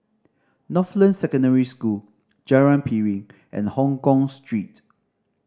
Northland Secondary School Jalan Piring and Hongkong Street